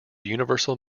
universal